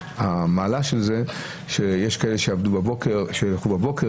המעלה של זה שיש כאלה שילכו לעבוד בבוקר,